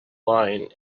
lying